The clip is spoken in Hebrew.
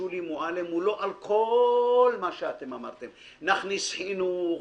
שולי מועלם הוא לא על כל מה שאתם אמרתם נכניס חינוך,